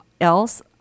else